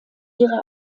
ihre